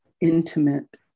intimate